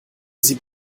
sie